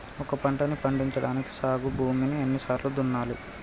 ఒక పంటని పండించడానికి సాగు భూమిని ఎన్ని సార్లు దున్నాలి?